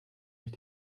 ich